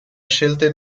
scelte